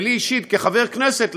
ולי אישית כחבר כנסת,